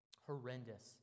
horrendous